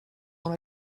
dans